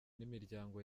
n’imiryango